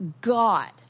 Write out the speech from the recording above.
god